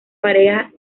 pareja